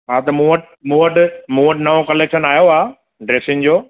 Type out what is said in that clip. हा त मूं वटि मूं वटि मूं वटि नओं कलेक्शन आयो आहे ड्रेसिनि जो